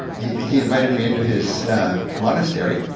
he invited me into his monastery,